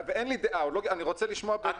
אין לי דעה, אני רוצה לשמוע.